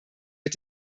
mit